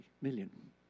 million